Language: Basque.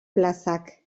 plazak